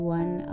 one